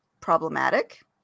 problematic